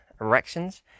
erections